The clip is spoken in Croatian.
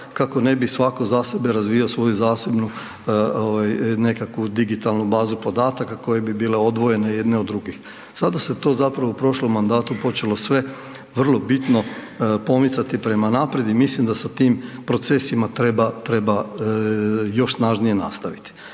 kako ne bi svako za sebe razvijao svoju zasebnu nekakvu digitalnu bazu podataka koje bi bile odvojene jedne od drugih. Sada se to zapravo u prošlom mandatu počelo sve vrlo bitno pomicati prema naprijed i mislim da sa tim procesima treba još snažnije nastaviti.